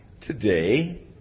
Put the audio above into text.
Today